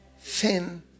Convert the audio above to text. thin